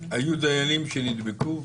היו דיילים שנדבקו?